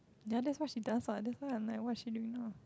ya that's what she does what that's why I'm like what is she doing now